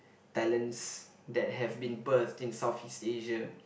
talents that have been birthed in Southeast Asia